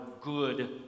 good